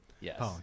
Yes